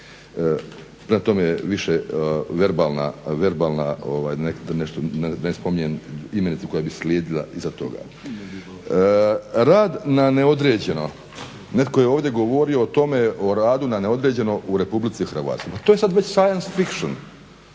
Na tome je više verbalna da ne spominjem imenicu koju bi slijedila iza toga. Rad na neodređeno, netko je ovdje govorio o tome o radu na neodređeno u RH. To je sada već scince fiction